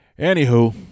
anywho